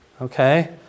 Okay